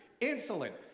insolent